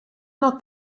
not